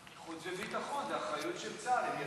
חוץ וביטחון, זאת אחריות של צה"ל.